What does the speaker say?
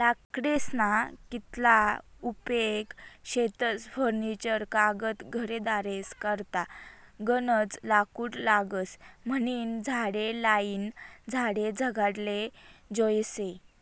लाकडेस्ना कितला उपेग शेतस फर्निचर कागद घरेदारेस करता गनज लाकूड लागस म्हनीन झाडे लायीन झाडे जगाडाले जोयजे